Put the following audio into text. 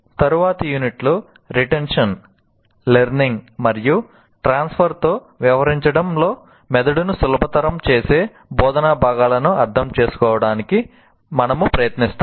తరువాతి యూనిట్లో రిటెన్షన్ తో వ్యవహరించడంలో మెదడును సులభతరం చేసే బోధనా భాగాలను అర్థం చేసుకోవడానికి మేము ప్రయత్నిస్తాము